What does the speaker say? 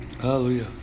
Hallelujah